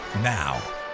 Now